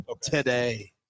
today